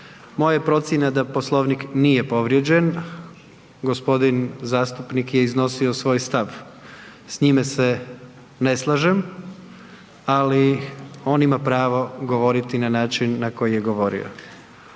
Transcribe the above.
je procjena da Poslovnik nije povrijeđen, gospodin zastupnik je iznosio svoj stav. S njime se ne slažem, ali on ima pravo govoriti na način na koji je govorio.